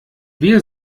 wir